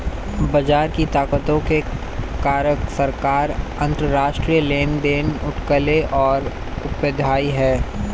बाजार की ताकतों के कारक सरकार, अंतरराष्ट्रीय लेनदेन, अटकलें और अपेक्षाएं हैं